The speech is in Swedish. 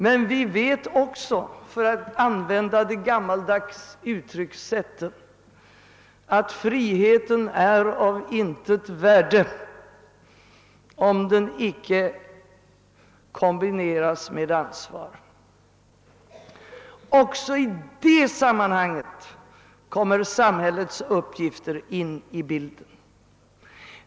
Men vi vet också — för att använda det gammaldags uttryckssättet — att friheten är av intet värde om den icke kombineras med ansvar. Också i det sammanhanget kommer samhällets uppgifter in i bilden.